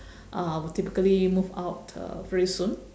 uh will typically move out uh very soon